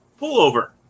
pullover